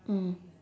mm